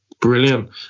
Brilliant